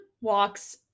walks